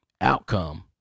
outcome